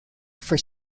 for